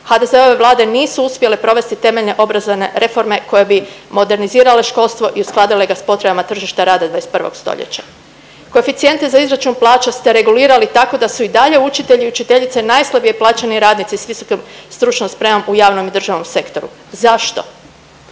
HDZ-ove Vlade nisu uspjele provesti temeljne obrazovne reforme koje bi modernizirale školstvo i uskladile ga s potrebama tržišta rada 21. stoljeća. Koeficijente za izračun plaća ste regulirali tako da su i dalje učitelji i učiteljice najslabije plaćeni radnici s visokom stručnom spremom u javnom i državnom sektoru. Zašto?